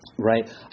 right